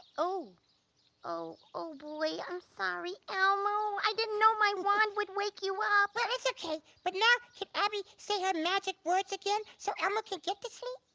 oh oh boy i'm sorry elmo, i didn't know my wand would wake you up. but it's okay but now can abby say her magic words again so elmo can get to sleep?